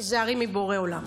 תיזהרי מבורא עולם"